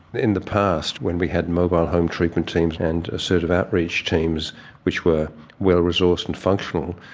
in the past when we had mobile home treatment teams and assertive outreach teams which were well resourced and functional,